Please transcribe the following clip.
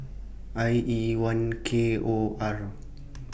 I E one K O R